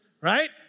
right